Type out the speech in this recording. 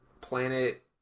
planet